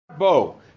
Bo